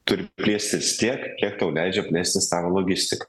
turi plėstis tiek kiek tau leidžia plėstis tavo logistika